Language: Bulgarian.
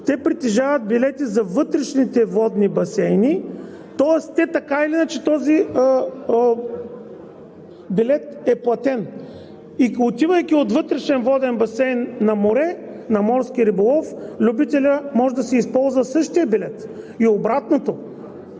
притежават билети за вътрешните водни басейни, тоест така или иначе този билет е платен. И отивайки от вътрешен воден басейн на море, на морски риболов, любителят може да си използва същия билет, и обратното.